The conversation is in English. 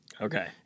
Okay